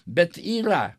bet yra